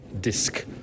disc